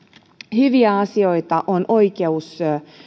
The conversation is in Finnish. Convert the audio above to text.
hyviä asioita ovat oikeus